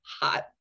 hot